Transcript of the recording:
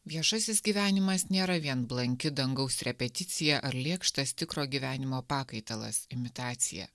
viešasis gyvenimas nėra vien blanki dangaus repeticija ar lėkštas tikro gyvenimo pakaitalas imitacija